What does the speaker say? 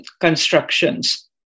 constructions